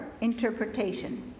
interpretation